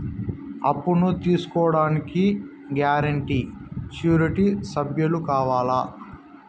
అప్పును తీసుకోడానికి guarantee, surety సభ్యులు కావాలా?